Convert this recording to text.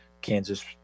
Kansas